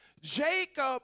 Jacob